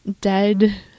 dead